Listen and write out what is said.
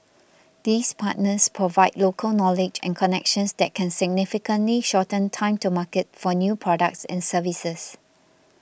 these partners provide local knowledge and connections that can significantly shorten time to market for new products and services